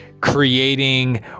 creating